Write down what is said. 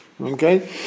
Okay